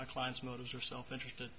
my client's motives or self interested